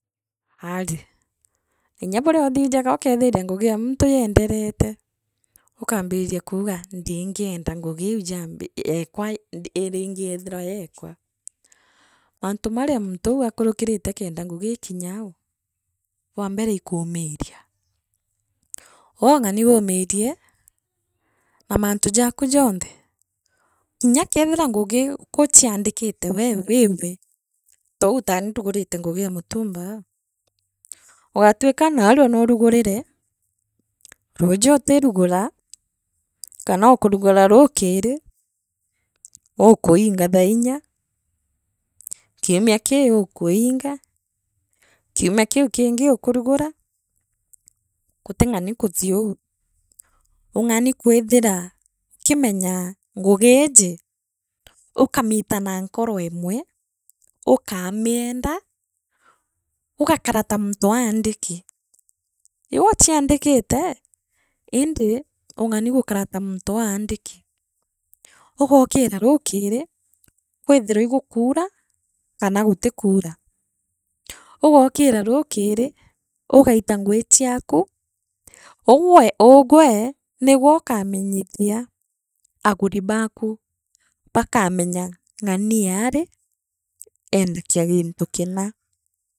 Aari, kirya buria uthijagie ukeethiria ngugi ee muntu yendeneete, ukaambiria kuuga ndingienda ngugi iu jaambi eekwa iringiethirwa iriekwa. Mantu maria muntu uu akurukiriti kenda ngugi ikiryau bwambene ikuumiria, ngugi ia gociandikite gwe wia gwe tou tani ndugurite ngugi ee mutumba aa ugatwika naarua nuurugurire, ruuju utirugura, kanookurugura raukiri ukuinga thaa inga, kiumia kii ukuinga kiumia kiu kingi ukarugura, guting’ani kuthii uu, ungani kwithira ukimenyaa ngugiji ukamiita na nkoro emwe ukamienda ugakara ta muntu aandiki iwe uchiadikite indi ung’ani gukara ta muntu aandiki, ugookira nuukiri kwithirwe igukuura kana guti kuura ugookira ruukiri ugaita ngui chiaka, uuwe uugwe nigwe ukamenyithia agu baaku baakamenya ng’ania rii eendagia gintu kina.